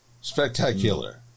Spectacular